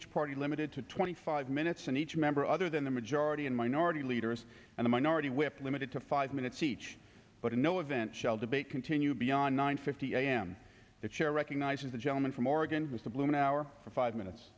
each party limited to twenty five minutes and each member other than the majority and minority leaders in the minority whip limited to five minutes each but in no event shall debate continue beyond nine fifty a m the chair recognizes the gentleman from oregon with the blue an hour for five minutes